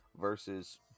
versus